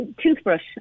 toothbrush